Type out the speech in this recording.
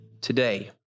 today